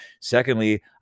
Secondly